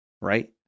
right